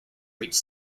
reach